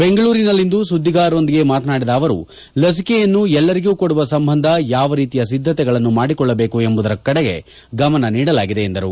ಬೆಂಗಳೂರಿನಲ್ಲಿಂದು ಸುದ್ಗಿಗಾರರೊಂದಿಗೆ ಮಾತನಾಡಿದ ಅವರು ಲಸಿಕೆಯನ್ನು ಎಲ್ಲರಿಗೂ ಕೊಡುವ ಸಂಬಂಧ ಯಾವ ರೀತಿಯ ಸಿದ್ದತಗಳನ್ನು ಮಾಡಿಕೊಳ್ಳಬೇಕು ಎಂಬುವುದರ ಕಡೆಗೆ ಗಮನ ನೀಡಲಾಗಿದೆ ಎಂದರು